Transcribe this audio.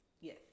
Yes